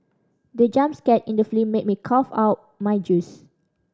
the jump scare in the film made me cough out my juice